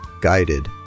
guided